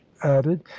added